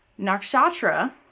nakshatra